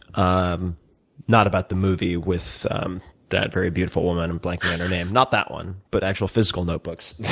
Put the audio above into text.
um not about the movie with um that very beautiful woman, i'm blanking on her name, not that one but actual physical notebooks.